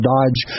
Dodge